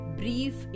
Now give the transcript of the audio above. brief